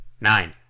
nine